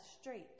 straight